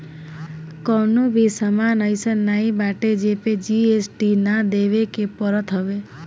कवनो भी सामान अइसन नाइ बाटे जेपे जी.एस.टी ना देवे के पड़त हवे